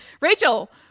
Rachel